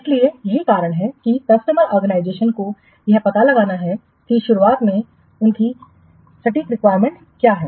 इसलिए यही कारण है कि कस्टमर ऑर्गेनाइजेशन को यह पता लगाना है कि शुरुआत में उनकी सटीक आवश्यकताएं क्या हैं